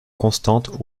constante